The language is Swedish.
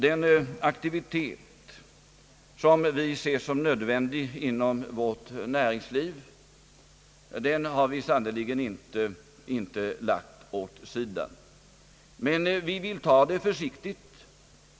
Den aktivitet som vi anser nödvändig inom vårt näringsliv har vi sannerligen inte lagt åt sidan, men vi vill ta det försiktigt.